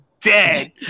dead